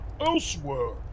elsewhere